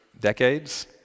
decades